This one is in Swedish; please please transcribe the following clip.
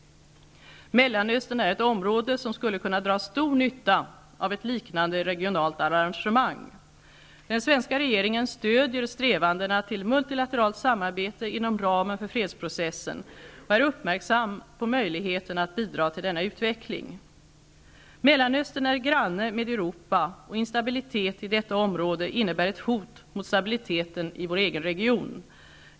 Mellanöstern är ett område som skulle kunna dra stor nytta av ett liknande regionalt arrangemang. Den svenska regeringen stödjer strävandena till multilateralt samarbete inom ramen för fredsprocessen och är uppmärksam på möjligheterna att bidra till denna utveckling. Mellanöstern är granne med Europa, och instabilitet i detta område innebär ett hot mot stabiliteten i vår egen region.